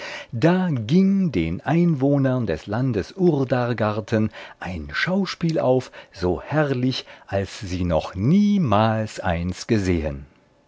da ging den einwohnern des landes urdargarten ein schauspiel auf so herrlich als sie noch niemals eins gesehen